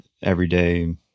everyday